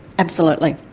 absolutely.